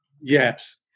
Yes